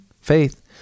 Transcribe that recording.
faith